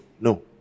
No